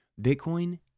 Bitcoin